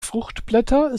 fruchtblätter